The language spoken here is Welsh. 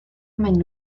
maen